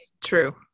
true